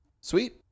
Sweet